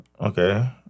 Okay